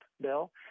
Bill